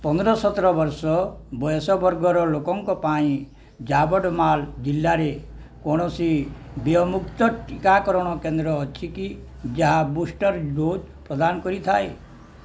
ପନ୍ଦର ସତର ବର୍ଷ ବୟସ ବର୍ଗର ଲୋକଙ୍କ ପାଇଁ ଯାବତମାଲ ଜିଲ୍ଲାରେ କୌଣସି ଦେୟମୁକ୍ତ ଟିକାକରଣ କେନ୍ଦ୍ର ଅଛି କି ଯାହା ବୁଷ୍ଟର ଡୋଜ୍ ପ୍ରଦାନ କରିଥାଏ